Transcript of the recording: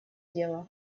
дело